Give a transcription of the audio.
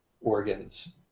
organs